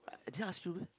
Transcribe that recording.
I didn't ask you